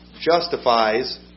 justifies